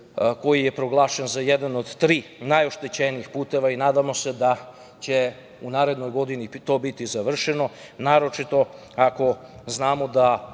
koji je proglašen za jedan od tri najoštećenija puteva i nadamo se da će u narednoj godini to biti završeno, naročito ako znamo da